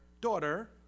daughter